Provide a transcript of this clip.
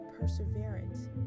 perseverance